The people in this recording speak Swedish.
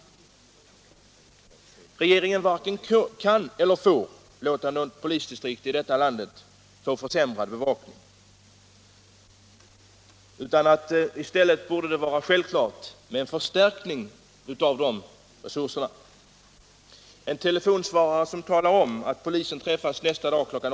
Regeringen varken kan eller får låta något polisdistrikt i detta land ha en försämrad bevakning. I stället borde det vara självklart med en förstärkning av deras resurser. En telefonsvarare som talar om, att polisen träffas nästa dag kl.